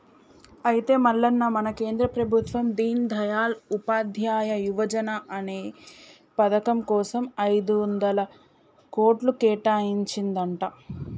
అయితే మల్లన్న మన కేంద్ర ప్రభుత్వం దీన్ దయాల్ ఉపాధ్యాయ యువజన అనే పథకం కోసం ఐదొందల కోట్లు కేటాయించిందంట